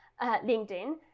LinkedIn